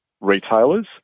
retailers